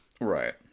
Right